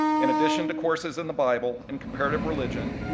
in addition to courses in the bible and comparative religion,